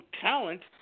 talent